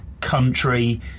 country